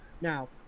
Now